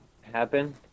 happen